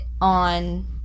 on